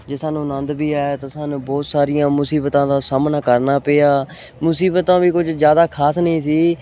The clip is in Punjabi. ਜੇ ਸਾਨੂੰ ਆਨੰਦ ਵੀ ਆਇਆ ਤਾਂ ਸਾਨੂੰ ਬਹੁਤ ਸਾਰੀਆਂ ਮੁਸੀਬਤਾਂ ਦਾ ਸਾਹਮਣਾ ਕਰਨਾ ਪਿਆ ਮੁਸੀਬਤਾਂ ਵੀ ਕੁਝ ਜ਼ਿਆਦਾ ਖ਼ਾਸ ਨਹੀਂ ਸੀ